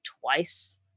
twice